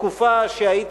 בתקופה שהייתי,